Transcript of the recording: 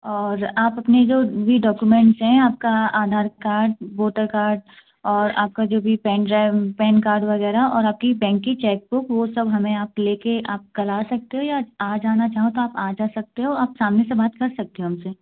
और आप अपने जो भी डॉक्यूमेंट्स हैं आपका आधार कार्ड वोटर कार्ड और आपका जो भी पेनड्राइव पेन कार्ड वग़ैरह और आपकी बेंक की चेक बुक वो सब हमें आप ले कर आप कल आ सकते हो या आज आना हो तो आप आज आ सकते हो आप सामने से बात कर सकते हो हम से